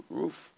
roof